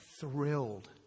thrilled